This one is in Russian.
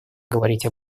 говорить